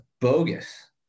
bogus